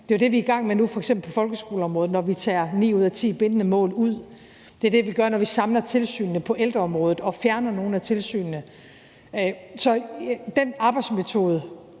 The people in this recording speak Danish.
Det er jo det, vi er i gang med nu, f.eks. på folkeskoleområdet, når vi tager ni ud af ti bindende mål ud. Det er det, vi gør, når vi samler tilsynene på ældreområdet og fjerner nogle af tilsynene. Så den arbejdsmetode